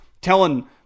telling